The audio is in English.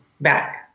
back